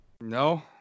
No